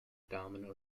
damen